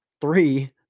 three